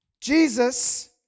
Jesus